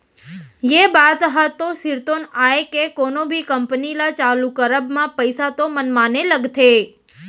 ये बात ह तो सिरतोन आय के कोनो भी कंपनी ल चालू करब म पइसा तो मनमाने लगथे